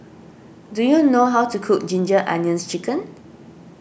do you know how to cook Ginger Onions Chicken